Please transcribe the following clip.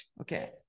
okay